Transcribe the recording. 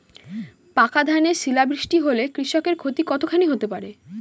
পাকা ধানে শিলা বৃষ্টি হলে কৃষকের ক্ষতি কতখানি হতে পারে?